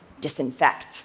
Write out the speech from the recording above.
disinfect